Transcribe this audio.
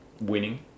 winning